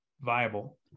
viable